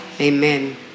Amen